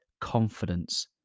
confidence